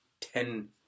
ten